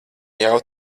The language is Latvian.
jau